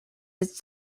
its